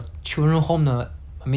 环境让我觉得 like